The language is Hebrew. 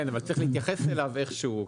כן אבל צריך להתייחס אליו איכשהו,